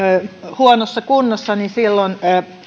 huonossa kunnossa